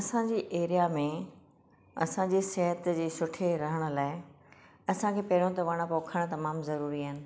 असांजे एरिआ में असांजे सिहत जे सुठे रहण लाइ असांखे पहिरियों त वण पोखणु तमामु ज़रूरी आहिनि